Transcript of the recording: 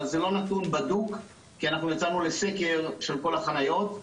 אבל זה לא נתון בדוק כי אנחנו יצאנו לסקר של כל החניות.